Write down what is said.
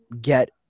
get